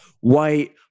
white